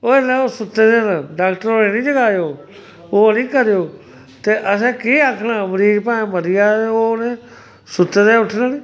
ओह् इसलै ओह् सुत्ते दे होंदे न डाक्टर होरें गी निं जगाएओ ओह् निं करेओ ते असें केह् आखना मरीज भामें मरी जाए ते ओह् उ'नें सुत्ते दे उट्ठना निं